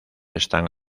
están